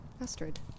Astrid